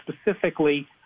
specifically